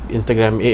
Instagram